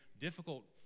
difficult